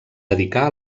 dedicar